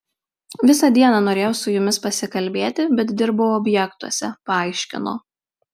visą dieną norėjau su jumis pasikalbėti bet dirbau objektuose paaiškino